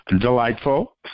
Delightful